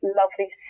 lovely